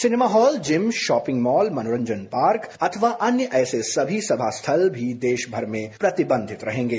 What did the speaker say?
cinema hall gym shopping mall मनोरंजन park अथवा अन्य ऐसे सभी समा स्थल भी देशमर में प्रतिबंधित रहेंगे